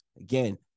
Again